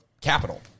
capital